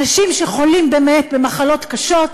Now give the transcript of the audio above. אנשים שחולים, באמת, במחלות קשות,